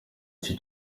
icyo